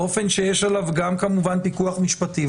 באופן שיש עליו כמובן גם פיקוח משפטי.